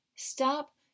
Stop